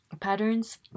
patterns